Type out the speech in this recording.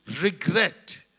regret